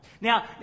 Now